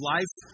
Life